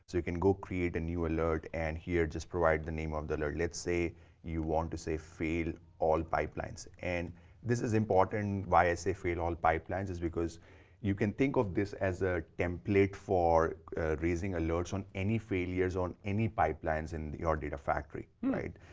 can go create a new alert and here, just provide the name of the alert. let's say you want to say, fail all pipelines. and this is important and why i say fail all pipelines is because you can think of this as a template for raising alerts on any failures, on any pipelines in your data factory, right?